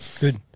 Good